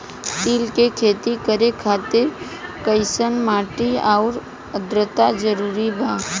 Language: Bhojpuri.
तिल के खेती करे खातिर कइसन माटी आउर आद्रता जरूरी बा?